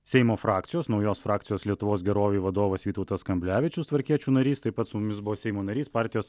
seimo frakcijos naujos frakcijos lietuvos gerovei vadovas vytautas kamblevičius tvarkiečių narys taip pat su mumis buvo seimo narys partijos